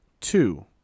Two